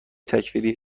تکفیری